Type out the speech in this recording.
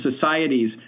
societies